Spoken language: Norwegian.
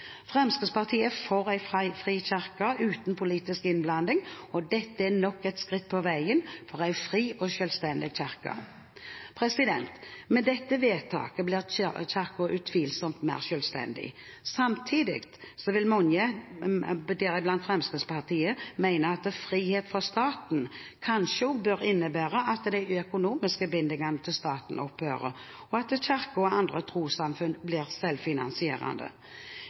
fri kirke uten politisk innblanding, og dette er nok et skritt på veien mot en fri og selvstendig kirke. Med dette vedtaket blir Kirken utvilsomt mer selvstendig. Samtidig vil mange, deriblant Fremskrittspartiet, mene at frihet fra staten kanskje også bør innebære at de økonomiske bindingene til staten opphører, og at Kirken og andre trossamfunn blir selvfinansierende.